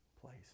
place